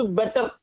better